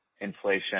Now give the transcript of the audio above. inflation